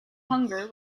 hunger